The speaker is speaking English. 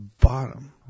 bottom